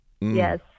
Yes